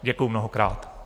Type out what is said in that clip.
Děkuji mnohokrát.